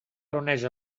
reuneix